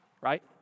Right